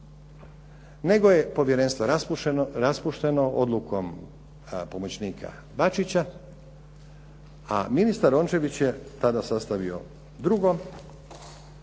nego je povjerenstvo raspušteno odlukom pomoćnika Bačića a ministar Rončević je tada sastavio drugo